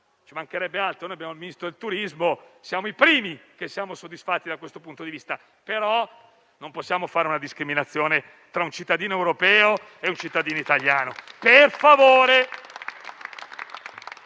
ci mancherebbe altro - noi abbiamo il Ministro del turismo e siamo i primi a essere soddisfatti da questo punto di vista - ma non possiamo fare una discriminazione tra un cittadino europeo e un cittadino italiano.